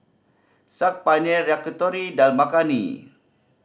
Saag Paneer Yakitori Dal Makhani